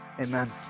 amen